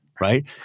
right